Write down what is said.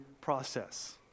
process